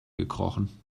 gekrochen